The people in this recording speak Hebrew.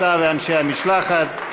אתה ואנשי המשלחת.